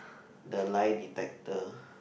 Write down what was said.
the lie detector